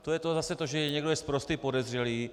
To je zase to, že někdo je sprostý podezřelý.